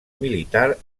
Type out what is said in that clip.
militar